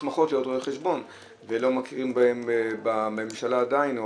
מוסמכות להיות רואות חשבון ולא מכירים בהם בממשלה עדיין,